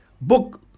book